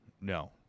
No